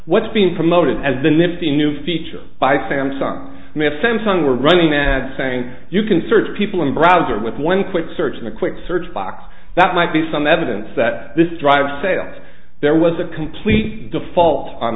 what's being promoted as the nifty new feature by samsung samsung are running ads saying you can search people in a browser with one quick search in a quick search box that might be some evidence that this drive sales there was a complete default on